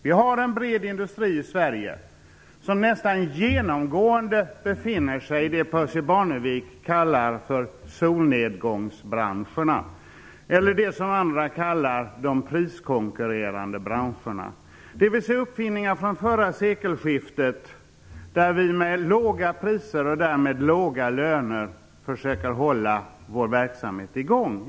Vi har en bred industri i Sverige som nästan genomgående befinner sig i det Percy Barnevik kallar solnedgångsbranscherna eller det som andra kallar de priskonkurrerande branscherna. Det rör sig om uppfinningar från förra sekelskiftet. Vi försöker med låga priser och därmed låga löner att hålla vår verksamhet i gång.